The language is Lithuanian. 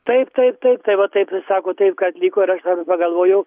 taip taip taip tai va taip ir sako taip kad liko ir aš dar pagalvojau